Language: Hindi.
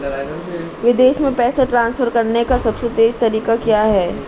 विदेश में पैसा ट्रांसफर करने का सबसे तेज़ तरीका क्या है?